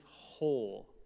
whole